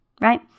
Right